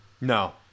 No